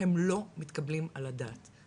הם לא מתקבלים על הדעת.